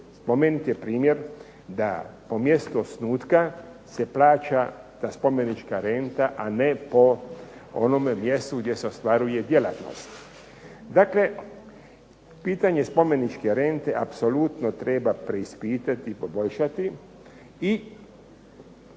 Spomenut je primjer da po mjestu osnutka se plaća ta spomenička renta, a ne po onome mjestu gdje se ostvaruje djelatnost. Dakle, pitanje spomeničke rente apsolutno treba preispitati i poboljšati i projektirati